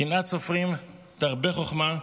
קנאת סופרים תרבה חכמה,